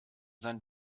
sein